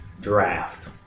draft